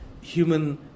human